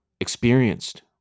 experienced